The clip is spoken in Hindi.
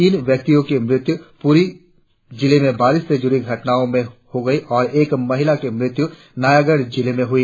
तीन व्यक्तियों की मृत्यु पुरी जिले में बारिश से जुड़ी घटनाओं में हो गई और एक महिला की मृत्यू नायागढ़ जिले में हुई